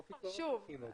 שוב,